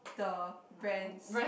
the brands